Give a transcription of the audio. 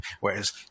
Whereas